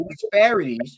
disparities